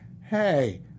hey